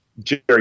Jerry